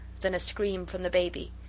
then a scream from the baby.